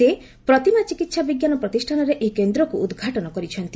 ସେ ପ୍ରତୀମା ଚିକିତ୍ସା ବିଜ୍ଞାନ ପ୍ରତିଷ୍ଠାନରେ ଏହି କେନ୍ଦ୍ରକୁ ଉଦ୍ଘାଟନ କରିଛନ୍ତି